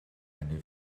eine